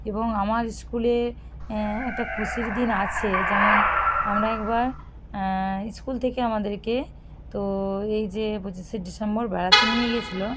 এবং আমার ইস্কুলে একটা খুশির দিন আছে যেমন আমরা একবার ইস্কুল থেকে আমাদেরকে তো এই যে পঁচিশে ডিসেম্বর বেড়াতে নিয়ে গেছিল